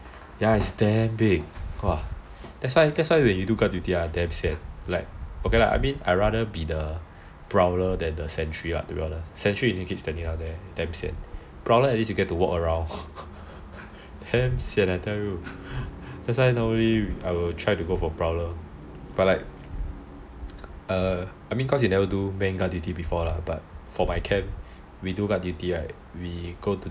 ya it's damn big !wah! it's damn big that's why when you do guard duty right damn sian like okay lah I rather be the prowler than the sentry lah to be honest sentry you need to keep standing down there damn sian prowler at least you get to walk around damn sian I tell you that's why everybody try to go for prowler but I mean cause you never do guard duty before lah but for my camp we do guard duty right we go to